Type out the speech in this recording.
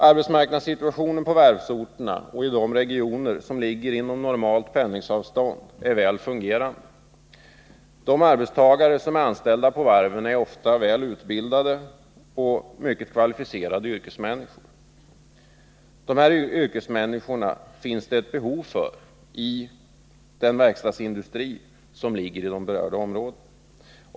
Arbetsmarknadssituationen på varvsorterna och i de regioner som ligger inom normalt pendlingsavstånd är väl fungerande. De arbetstagare som är anställda på varven är ofta väl utbildade och mycket kvalificerade yrkesmänniskor, som verkstadsindustrin i berörda områden har stort behov av.